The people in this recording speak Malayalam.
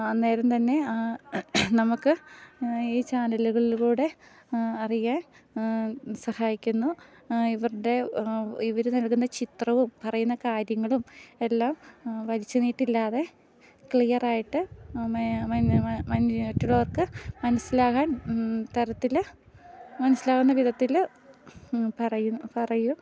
അന്നേരം തന്നെ നമുക്ക് ഈ ചാനലുകളിലൂടെ അറിയാൻ സഹായിക്കുന്നു ഇവരുടെ ഇവർ നൽകുന്ന ചിത്രവും പറയുന്ന കാര്യങ്ങളും എല്ലാം വലിച്ചു നീട്ടില്ലാതെ ക്ലിയറായിട്ട് മറ്റുള്ളവർക്ക് മനസ്സിലാകാൻ തരത്തിൽ മനസ്സിലാകുന്ന വിധത്തിൽ പറയുന്നു പറയും